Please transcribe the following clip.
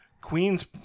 Queen's